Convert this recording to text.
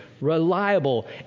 reliable